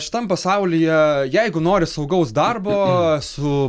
šitam pasaulyje jeigu nori saugaus darbo su